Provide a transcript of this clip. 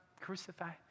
crucified